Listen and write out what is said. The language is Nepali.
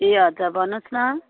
ए हजुर भन्नुहोस् न